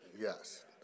Yes